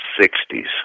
Sixties